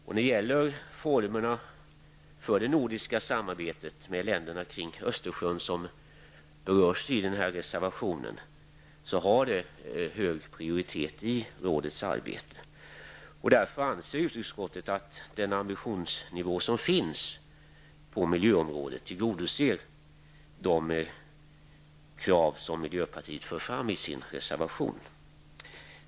Frågan om formerna för det nordiska samarbetet med länderna kring Östersjön, som också berörs i reservationen, har en hög prioritet i rådets arbete. Därför anser utrikesutskottet att den ambitionsnivå som finns på miljöområdet tillgodoser de krav som miljöpartiet för fram i sin reservation.